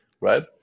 Right